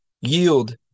yield